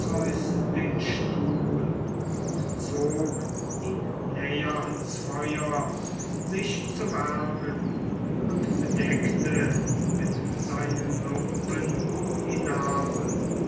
den stuhl und zog ihn näher ans feuer sich zu wärmen und bedeckte mit seinen lumpen die narbe